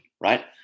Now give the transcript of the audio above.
right